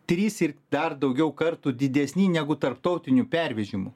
trys ir dar daugiau kartų didesni negu tarptautinių pervežimų